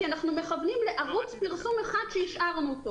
כי אנחנו מכוונים לערוץ פרסום אחד שהשארנו.